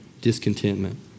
Discontentment